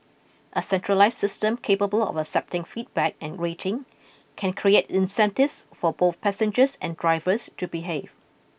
a centralised system capable of accepting feedback and rating can create incentives for both passengers and drivers to behave